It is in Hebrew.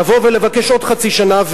לבוא ולבקש עוד חצי שנה,